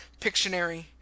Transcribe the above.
Pictionary